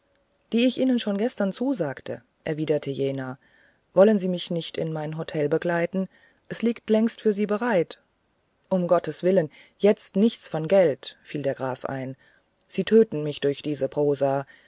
die ich ihnen schon gestern zusagte erwiderte jener wollen sie mich in mein hotel begleiten es liegt längst für sie bereit um gottes willen jetzt nichts von geld fiel der graf ein sie töten mich durch diese prosa